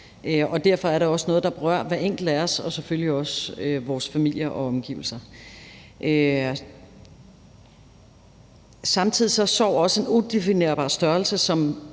derfor er det også noget, der rører hver enkelt af os og selvfølgelig også vores familie og omgivelser. Samtidig er sorg også en udefinerbar størrelse,